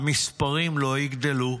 המספרים לא יגדלו,